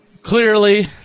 Clearly